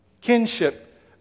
Kinship